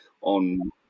on